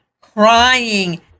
crying